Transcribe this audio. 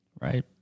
Right